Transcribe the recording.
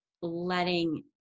letting